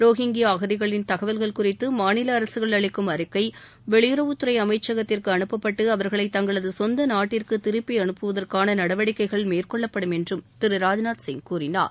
Rohingya அகதிகளின் தகவல்கள் குறித்து மாநில அரசுகள் அளிக்கும் அறிக்கை வெளியுறவுத்துறை அமைச்சகத்திற்கு அனுப்பப்பட்டு அவர்களை தங்களது நாட்டிற்கு திருப்பி அனுப்புவதற்கான நடவடிக்கைகள் மேற்கொள்ளப்படும் என்றும் திரு ராஜ்நாத் சிங் கூறினார்